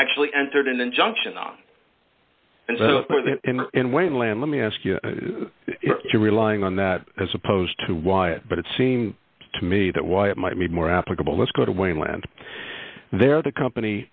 actually entered an injunction on and wayne lamb let me ask you to relying on that as opposed to wyatt but it seems to me that while it might be more applicable let's go to wayne land there the company